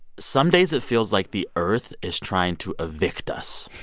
some days it feels like the earth is trying to evict us